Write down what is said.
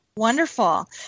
Wonderful